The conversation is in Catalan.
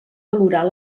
valorar